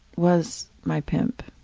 was my pimp.